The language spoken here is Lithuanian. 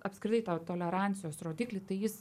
apskritai tą tolerancijos rodiklį tai jis